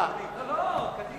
אנו עוברים